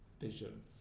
vision